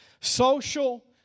Social